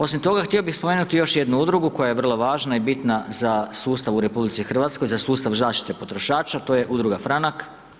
Osim toga, htio bih spomenuti još jednu Udrugu koja je vrlo važna i bitna za sustav u RH, za sustav zaštite potrošača, to je Udruga Franak.